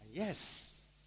Yes